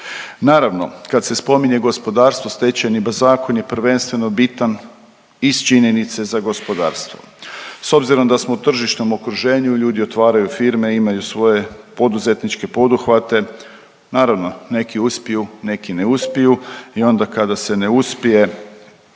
Naravno, kad se spominje gospodarstvo Stečajni zakon je prvenstveno bitan iz činjenice za gospodarstvo. S obzirom da smo u tržišnom okruženju ljudi otvaraju firme, imaju svoje poduzetničke poduhvate. Naravno neki uspiju, neki ne uspiju i onda kada se ne uspije